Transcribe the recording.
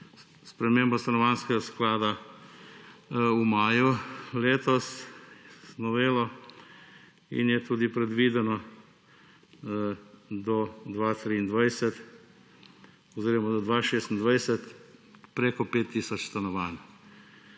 spremembo Stanovanjskega sklada v maju letos z novelo in je tudi predvideno do 2023 oziroma do 2026 preko 5 tisoč stanovanj.